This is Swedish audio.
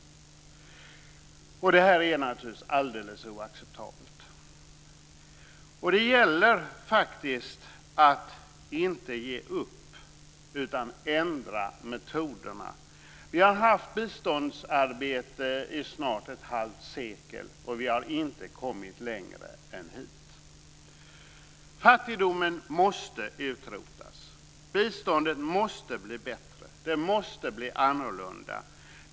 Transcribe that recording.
Det här är naturligtvis helt oacceptabelt. Det gäller faktiskt att inte ge upp, utan ändra metoderna. Vi har haft biståndsarbete i snart ett halvt sekel, och vi har inte kommit längre än hit. Fattigdomen måste utrotas. Biståndet måste bli bättre. Det måste bli annorlunda.